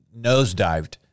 nosedived